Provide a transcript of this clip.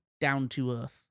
down-to-earth